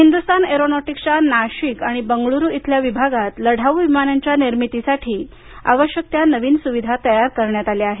हिंदुस्तान एरोनॉटीक्सच्या नाशिक आणि बंगळूरू इथल्या विभागात लढाऊ विमानांच्या निर्मितीसाठी आवश्यक नवीन सुविधा तयार करण्यात आल्या आहेत